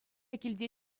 килте